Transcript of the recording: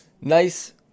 Nice